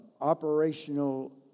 operational